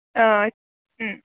औ ओम